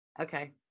okay